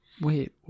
Wait